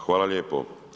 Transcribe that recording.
Hvala lijepo.